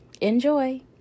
Enjoy